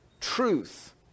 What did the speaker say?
Truth